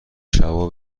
شبا